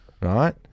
Right